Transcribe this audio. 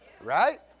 Right